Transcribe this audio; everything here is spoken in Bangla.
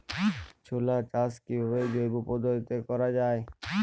ছোলা চাষ কিভাবে জৈব পদ্ধতিতে করা যায়?